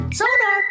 sonar